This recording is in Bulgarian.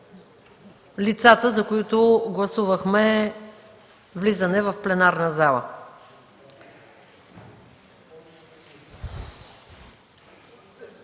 лицата, за които гласувахме влизане в пленарната зала.